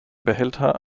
behälter